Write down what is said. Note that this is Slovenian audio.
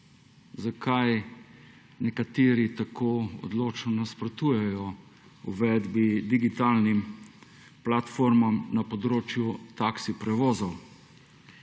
zakaj nekateri tako odločno nasprotujejo uvedbi digitalnim platformam na področju taksi prevozov.